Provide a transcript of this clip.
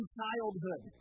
childhood